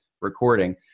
recording